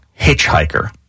Hitchhiker